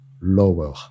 lower